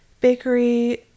bakery